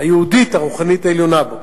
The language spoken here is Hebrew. היהודית הרוחנית העליונה בו,